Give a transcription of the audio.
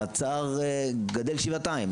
והצער גדל שבעתיים.